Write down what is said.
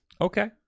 Okay